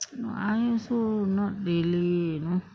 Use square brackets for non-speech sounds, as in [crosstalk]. [noise] I also not really you know